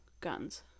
Guns